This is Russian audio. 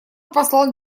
послал